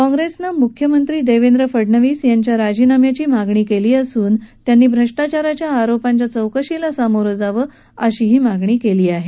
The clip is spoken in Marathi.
काँग्रेसनं म्ख्यमंत्री देवेंद्र फडनवीस यांच्या राजीनाम्याची मागणी केली असून त्यांनी श्वष्टाचाराच्या आरोपांच्या चौकशीला सामोरं जावं अशीही मागणी केली आहे